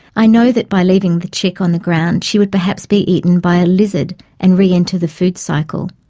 i know that by leaving the chick on the ground she would perhaps be eaten by a lizard and re-enter the food cycle,